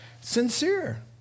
Sincere